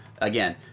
again